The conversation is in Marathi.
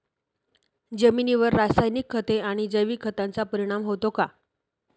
जमिनीवर रासायनिक खते आणि जैविक खतांचा परिणाम होतो का?